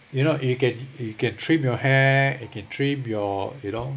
you know you can you can trim your hair you can trim your you know